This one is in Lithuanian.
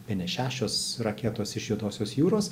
bene šešios raketos iš juodosios jūros